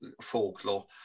folklore